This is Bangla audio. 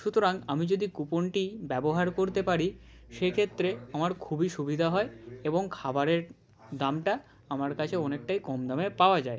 সুতরাং আমি যদি কুপনটি ব্যবহার করতে পারি সেক্ষেত্রে আমার খুবই সুবিধা হয় এবং খাবারের দামটা আমার কাছে অনেকটাই কম দামে পাওয়া যায়